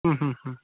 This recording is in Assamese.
হু হু